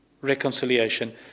reconciliation